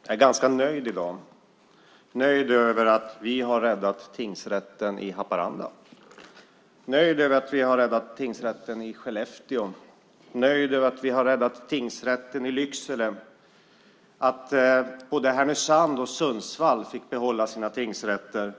Fru talman! Jag är ganska nöjd i dag, nöjd över att vi har räddat tingsrätten i Haparanda, nöjd över att vi har räddat tingsrätten i Skellefteå, nöjd över att vi har räddat tingsrätten i Lycksele, att både Härnösand och Sundsvall fick behålla sina tingsrätter